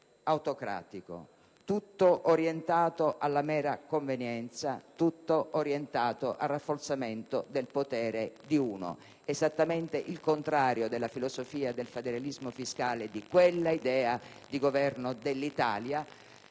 autocratico, tutto orientato alla mera convenienza, tutto orientato al rafforzamento del potere di uno. Esattamente il contrario della filosofia del federalismo fiscale e di quell'idea di governo dell'Italia.